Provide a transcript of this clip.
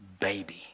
baby